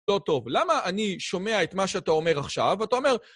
לא טוב. למה אני שומע את מה שאתה אומר עכשיו? אתה אומר...